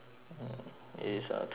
it's uh two more minutes